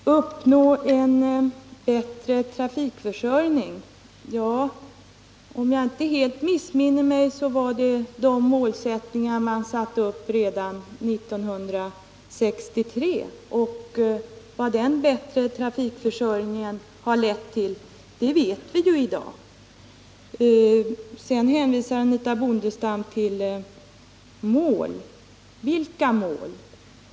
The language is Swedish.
Herr talman! Uppnå en bättre trafikförsörjning, sade Anitha Bondestam. Men om jag inte helt missminner mig satte man upp det målet redan 1963. Vad den bättre trafikförsörjningen lett till vet vi ju i dag. Sedan hänvisade Anitha Bondestam till mål. Vilka mål?